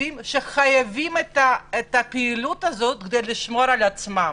שחייבים את הפעילות הזו כדי לשמור על עצמם.